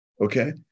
okay